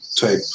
type